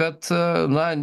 kad na